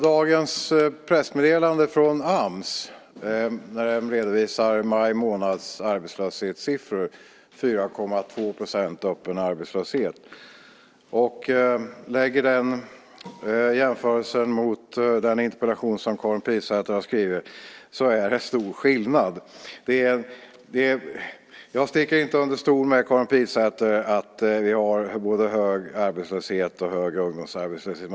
Dagens pressmeddelande från Ams redovisar maj månads arbetslöshetssiffror - 4,2 % öppen arbetslöshet. Jämför med den interpellation som Karin Pilsäter har skrivit. Det är en stor skillnad. Jag sticker inte under stol med, Karin Pilsäter, att vi har både hög arbetslöshet och hög ungdomsarbetslöshet.